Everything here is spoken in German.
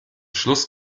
schluss